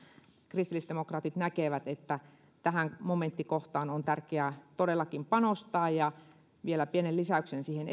kristillisdemokraatit näkevät että tähän momenttikohtaan on tärkeää todellakin panostaa ja vielä pienen lisäyksen siihen